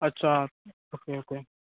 अच्छा okay okay